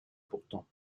pourtant